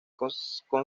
conserva